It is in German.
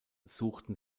suchten